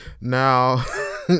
Now